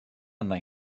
arna